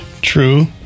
True